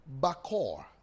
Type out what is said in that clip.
bakor